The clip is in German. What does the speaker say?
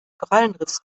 korallenriffs